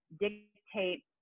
dictate